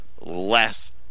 less